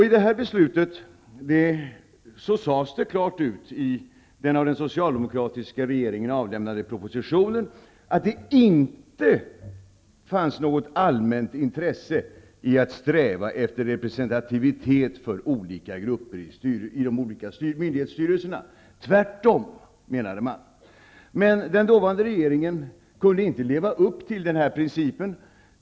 I propositionen som avlämnades av den socialdemokratiska regeringen sades klart ut att det inte fanns något allmänt intresse av att sträva efter representativitet för olika grupper i myndighetsstyrelserna. Man menade att det var tvärtom. Den dåvarande regeringen kunde emellertid inte leva upp till den här principen.